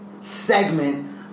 segment